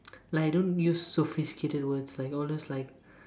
like I don't use sophisticated words like all those like